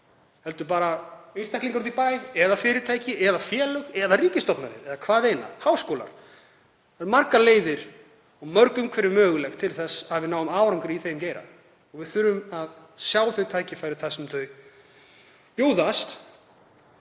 heldur bara einstaklingar úti í bæ eða fyrirtæki eða félög eða ríkisstofnanir eða hvað eina, háskólar, margar leiðir og mörg umhverfi möguleg til þess að við náum árangri í þeim geira og við þurfum að sjá þau tækifæri þar sem þau bjóðast.